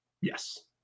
Yes